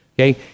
okay